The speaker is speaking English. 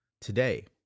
today